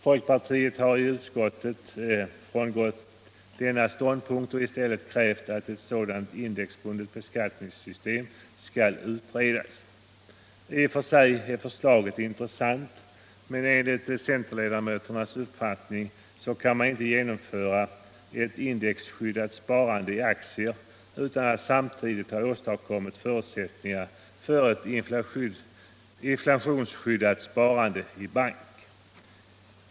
Folkpartiet har i utskottet frångått denna ståndpunkt och i stället krävt att ett sådant indexbundet beskattningssystem skall utredas. I och för sig är förslaget intressant men enligt centerledamöternas uppfattning kan man inte genomföra ett indexskyddat sparande i aktier utan att samtidigt ha åstadkommit förutsättningar för ett inflationsskyddat sparande i bank.